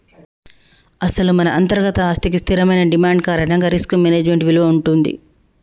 అసలు మన అంతర్గత ఆస్తికి స్థిరమైన డిమాండ్ కారణంగా రిస్క్ మేనేజ్మెంట్ విలువ ఉంటుంది